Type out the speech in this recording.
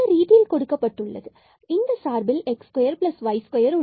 இந்த ரீதியில் கொடுக்கப்பட்டு உள்ளது மற்றும் இந்த சார்பில் X square plus Y square